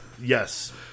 Yes